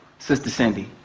sister cindy,